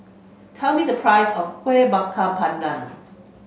tell me the price of Kuih Bakar Pandan